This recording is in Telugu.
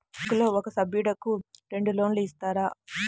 బ్యాంకులో ఒక సభ్యుడకు రెండు లోన్లు ఇస్తారా?